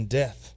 death